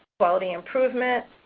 quality improvement,